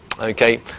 okay